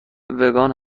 وگان